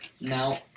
Now